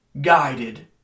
guided